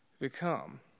become